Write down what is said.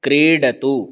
क्रीडतु